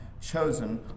chosen